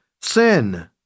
sin